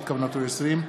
ופ/2781/20,